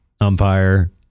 umpire